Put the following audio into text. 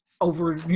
over